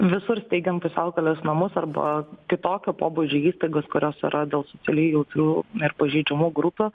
visur staigiant pusiaukelės namus arba kitokio pobūdžio įstaigas kurios yra dėl socialiai jautrių ir pažeidžiamų grupių